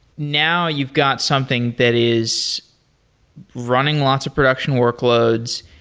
now you've got something that is running lots of production workloads.